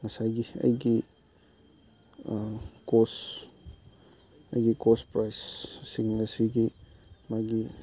ꯉꯁꯥꯏꯒꯤ ꯑꯩꯒꯤ ꯀꯣꯁ ꯑꯩꯒꯤ ꯀꯣꯁ ꯄ꯭ꯔꯥꯏꯁꯁꯤꯡ ꯑꯁꯤꯒꯤ ꯃꯥꯒꯤ